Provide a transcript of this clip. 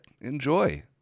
Enjoy